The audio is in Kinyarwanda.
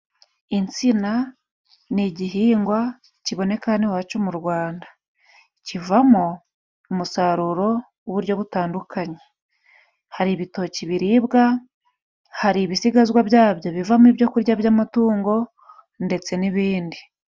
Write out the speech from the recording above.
Insina ni igihingwa kiboneka hano iwacu mu Rwanda, kivamo umusaruro w'uburyo butandukanye, hari ibitoki biribwa, hari ibisigazwa byabyo bivamo ibyo kurya by'amatungo ndetse n'ibindi.